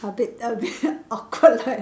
a bit a bit awkward like